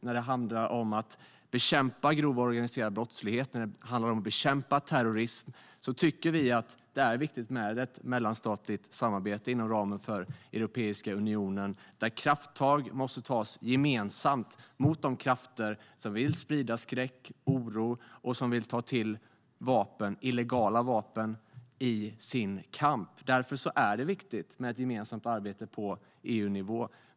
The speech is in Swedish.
När det handlar om att bekämpa grov organiserad brottslighet och terrorism tycker vi att det är viktigt med ett mellanstatligt samarbete inom ramen för Europeiska unionen. Krafttag måste tas gemensamt mot de krafter som vill sprida skräck och oro och ta till illegala vapen i sin kamp. Därför är det viktigt med ett gemensamt arbete på EU-nivå.